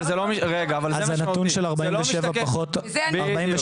אבל זה לא משתקף --- אז הנתון של 47